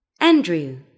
Andrew